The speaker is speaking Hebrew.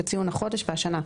בציון החודש והשנה,